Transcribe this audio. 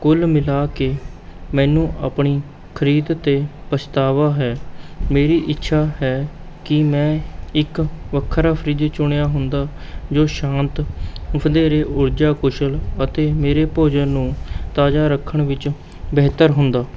ਕੁੱਲ ਮਿਲਾ ਕੇ ਮੈਨੂੰ ਆਪਣੀ ਖਰੀਦ 'ਤੇ ਪਛਤਾਵਾ ਹੈ ਮੇਰੀ ਇੱਛਾ ਹੈ ਕਿ ਮੈਂ ਇੱਕ ਵੱਖਰਾ ਫਰਿੱਜ ਚੁਣਿਆ ਹੁੰਦਾ ਜੋ ਸ਼ਾਂਤ ਵਧੇਰੇ ਊਰਜਾ ਕੁਸ਼ਲ ਅਤੇ ਮੇਰੇ ਭੋਜਨ ਨੂੰ ਤਾਜ਼ਾ ਰੱਖਣ ਵਿੱਚ ਬਿਹਤਰ ਹੁੰਦਾ